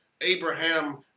Abraham